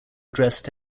addressed